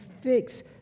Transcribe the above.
fix